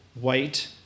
white